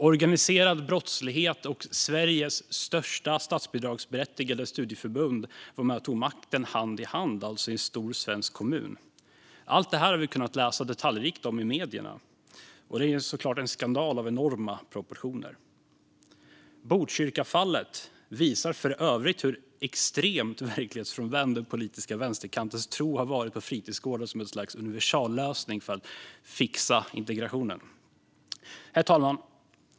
Organiserad brottslighet och Sveriges största statsbidragsberättigade studieförbund hand i hand var alltså med och tog makten i en stor svensk kommun. Allt detta har vi kunnat läsa detaljrikt om i medierna, och det är såklart en skandal av enorma proportioner. Botkyrkafallet visar för övrigt hur extremt verklighetsfrånvänd den politiska vänsterkantens tro har varit på fritidsgårdar som ett slags universallösning för att fixa integrationen. Herr talman!